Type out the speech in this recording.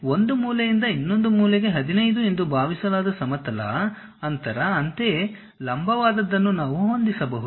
ಒಂದು ಮೂಲೆಯಿಂದ ಇನ್ನೊಂದು ಮೂಲೆಗೆ 15 ಎಂದು ಭಾವಿಸಲಾದ ಸಮತಲ ಅಂತರ ಅಂತೆಯೇ ಲಂಬವಾದದನ್ನು ನಾವು ಹೊಂದಿಸಬಹುದು